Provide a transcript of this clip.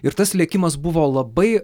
ir tas lėkimas buvo labai